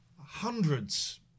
hundreds